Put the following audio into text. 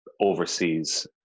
overseas